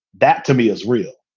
that, to me, is real.